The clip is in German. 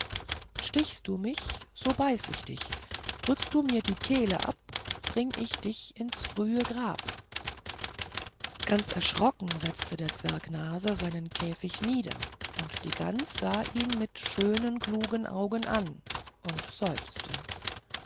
stichst du mich so beiß ich dich drückst du mir die kehle ab bring ich dich ins frühe grab ganz erschrocken setzte der zwerg nase seinen käfigt nieder und die gans sah ihn mit schönen klugen augen an und seufzte